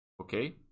okay